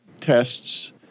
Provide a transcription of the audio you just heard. tests